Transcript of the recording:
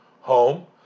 home